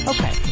Okay